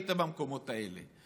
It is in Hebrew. היית במקומות האלה.